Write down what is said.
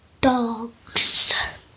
Dogs